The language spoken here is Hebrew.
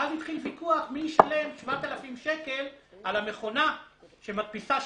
ואז התחיל ויכוח מי ישלם 7,000 שקל על המכונה שמדפיסה שוברים,